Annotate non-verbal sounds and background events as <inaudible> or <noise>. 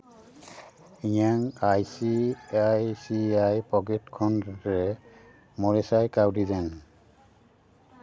ᱤᱧᱟᱹᱜ I C I C I pocket ᱠᱷᱚᱱ <unintelligible> ᱨᱮ ᱢᱚᱬᱮ ᱥᱟᱭ ᱠᱟᱹᱣᱰᱤ ᱫᱮᱱ